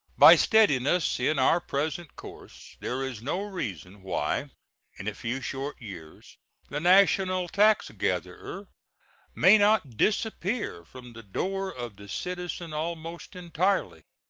by steadiness in our present course there is no reason why in a few short years the national taxgatherer may not disappear from the door of the citizen almost entirely.